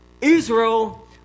Israel